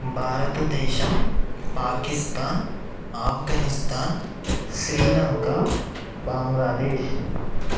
Bharatadesam Pakistan Afghanistan Sri Lanka Bangladesh